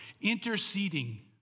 interceding